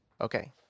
Okay